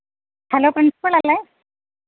hello പ്രിൻസിപ്പളല്ലേ